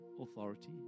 authority